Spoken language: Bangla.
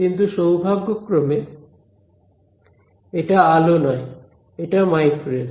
কিন্তু সৌভাগ্যক্রমে এটা আলো নয় এটা মাইক্রোওয়েভ